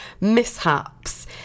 mishaps